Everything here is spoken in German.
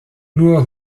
nur